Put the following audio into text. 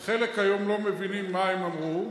היום, חלק לא מבינים מה הם אמרו,